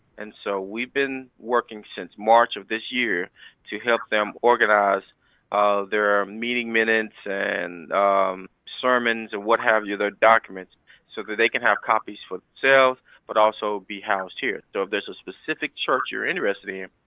and so we've been working since march of this year to help them organize um their meeting minutes and sermons and what have you, their documents so that they can have copies for themselves but also be housed here. so if there's a specific church you're interested in,